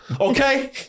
okay